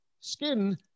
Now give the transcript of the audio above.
Skin